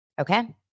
Okay